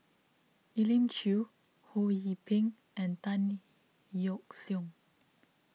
Elim Chew Ho Yee Ping and Tan Yeok Seong